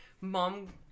Mom